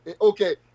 okay